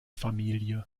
familie